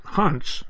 hunts